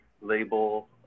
label